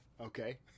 okay